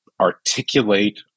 articulate